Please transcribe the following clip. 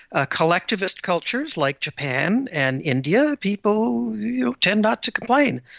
ah collectivist cultures like japan and india, people you know tend not to complain.